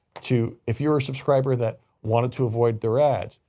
to, if you're a subscriber that wanted to avoid their ads,